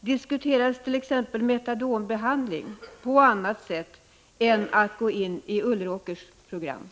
Diskuteras t.ex. någon annan form av metadonbehandling än den som innebär att man ansluter sig till Ulleråkersprogrammet?